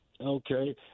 Okay